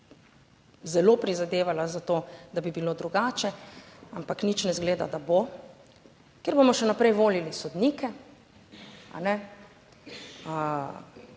zelo prizadevala za to, da bi bilo drugače, ampak nič ne izgleda, da bo -, kjer bomo še naprej volili sodnike,